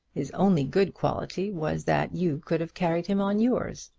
his only good quality was that you could have carried him on yours.